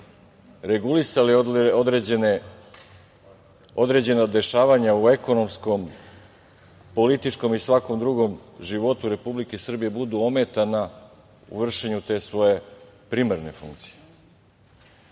regulisali određena dešavanja u ekonomskom, političkom i svakom drugom životu Republike Srbije budu ometana u vršenju te svoje primarne funkcije.